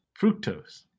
fructose